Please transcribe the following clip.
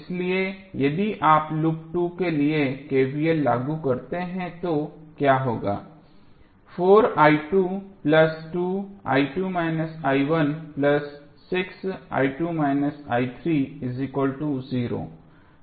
इसलिए यदि आप लूप 2 के लिए KVL लागू करते हैं तो क्या होगा